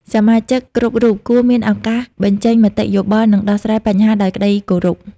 សមាជិកគ្រប់រូបគួរមានឱកាសបញ្ចេញមតិយោបល់ និងដោះស្រាយបញ្ហាដោយក្ដីគោរព។